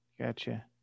Gotcha